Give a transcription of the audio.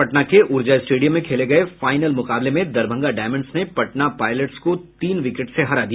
पटना के ऊर्जा स्टेडियम में खेले गये फाईनल मुकाबले में दरभंगा डायमंड्स ने पटना पायलट्स को तीन विकेट से हरा दिया